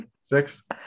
Six